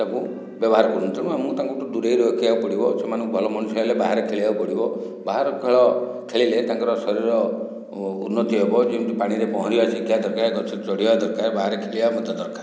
ତାକୁ ବ୍ୟବାହାର କରନ୍ତି ତେଣୁ ଆମକୁ ତାଙ୍କଠୁ ଦୂରେଇ ରଖିବାକୁ ପଡ଼ିବ ସେମାନଙ୍କୁ ଭଲ ମଣିଷ ହେଲେ ବାହାରେ ଖେଳିବାକୁ ପଡ଼ିବ ବାହାର ଖେଳ ଖେଳିଲେ ତାଙ୍କର ଶରୀର ଉନ୍ନତି ହେବ ଯେମିତି ପାଣିରେ ପହଁରିବା ଶିଖିବା ଦରକାର ଗଛରେ ଚଢ଼ିବା ଦରକାର ବାହାରେ ଖେଳିବା ମଧ୍ୟ ଦରକାର